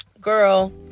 girl